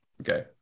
Okay